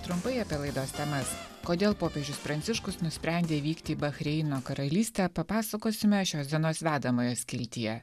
trumpai apie laidos tema kodėl popiežius pranciškus nusprendė vykti bahreino karalystėje papasakosime šios dienos vedamojo skiltyje